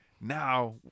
Now